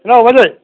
औ बाजै